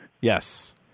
Yes